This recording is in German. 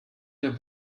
der